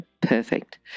Perfect